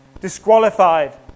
disqualified